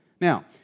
Now